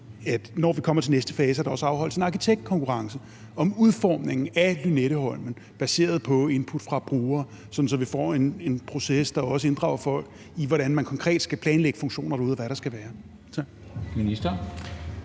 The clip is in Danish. når vi kommer til næste fase, også afholdes en arkitektkonkurrence om udformningen af Lynetteholm baseret på input fra brugere, sådan at vi får en proces, der også inddrager folk i, hvordan man konkret skal planlægge funktioner derude, og hvad der skal være.